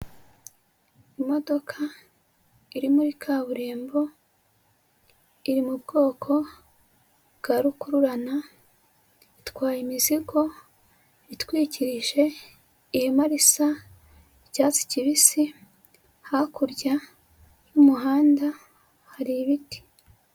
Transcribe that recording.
Imodoka iri muri kaburimbo iri mu bwoko bwa rukururana, itwaye imizigo itwikirije ihema risa icyatsi kibisi, hakurya y'umuhanda hari ibiti.